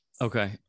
Okay